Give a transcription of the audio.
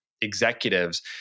executives